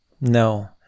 No